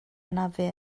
anafu